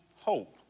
hope